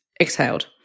exhaled